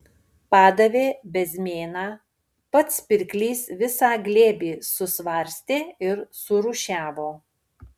padavė bezmėną pats pirklys visą glėbį susvarstė ir surūšiavo